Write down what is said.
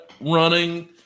running